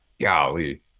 golly